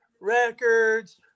records